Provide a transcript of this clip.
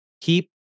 keep